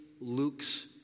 Luke's